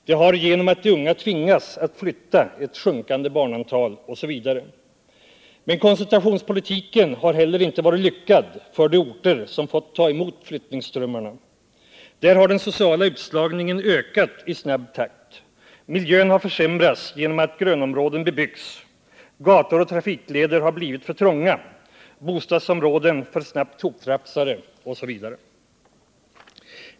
De har genom att de unga tvingats att flytta ett sjunkande barnantal osv. Men koncentrationspolitiken har ej heller varit lyckad för de orter som fått ta emot flyttningsströmmarna. Där har den sociala utslagningen ökat i snabb takt. Miljön har försämrats genom att grönområden bebyggts. Gator och trafikleder har blivit för trånga, bostadsområdena för snabbt hoprafsade osv.